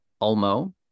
Ulmo